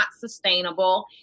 sustainable